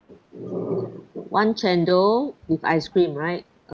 one chendol with ice cream right